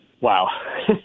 Wow